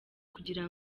kugira